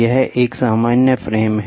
यह एक सामान्य फ्रेम है